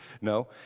No